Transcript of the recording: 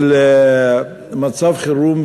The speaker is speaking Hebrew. של מצב חירום,